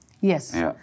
Yes